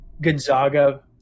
Gonzaga